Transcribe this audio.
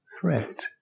threat